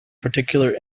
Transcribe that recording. particular